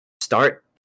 start